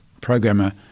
programmer